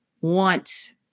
want